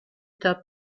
top